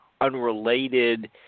unrelated